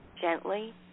gently